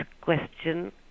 question